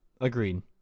Agreed